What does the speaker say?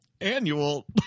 annual